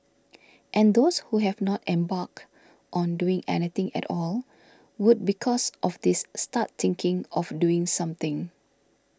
and those who have not embarked on doing anything at all would because of this start thinking of doing something